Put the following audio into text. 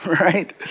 right